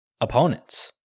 opponents